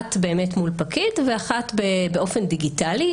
אחת באמת מול פקיד, ואחת באופן דיגיטלי.